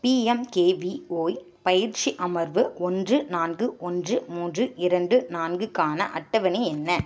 PMKVY பயிற்சி அமர்வு ஒன்று நான்கு ஒன்று மூன்று இரண்டு நான்குக்கான அட்டவணை என்ன